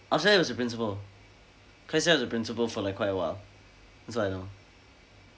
I'll say was a principal claire seah was a principal for like quite a while that's all I know